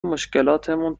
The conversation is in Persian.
مشکلاتمون